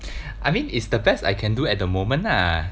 I mean it's the best I can do at the moment lah